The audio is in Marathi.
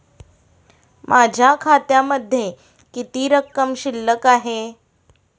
माझ्या खात्यामध्ये किती रक्कम शिल्लक आहे?